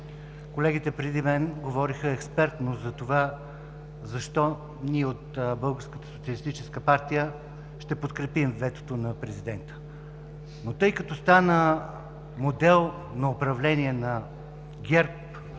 Колегите преди мен говориха експертно за това – защо ние от Българската социалистическа партия ще подкрепим ветото на Президента. Но тъй като стана модел на управление на ГЕРБ